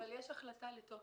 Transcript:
כן, אבל יש החלטה לתוקף.